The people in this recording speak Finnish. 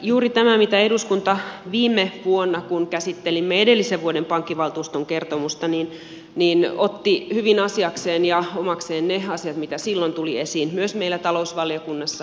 juuri tämän eduskunta viime vuonna kun käsittelimme edellisen vuoden pankkivaltuuston kertomusta otti hyvin asiakseen ja omakseen ne asiat mitä silloin tuli esiin myös meillä talousvaliokunnassa